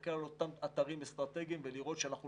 ולהסתכל על אותם אתרים אסטרטגיים ולראות שאנחנו